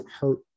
hurt